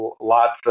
lots